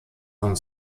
von